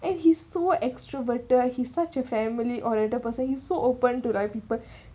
and he's so extroverted he's such a family oriented person he's so open to like people uh